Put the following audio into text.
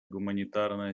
гуманитарная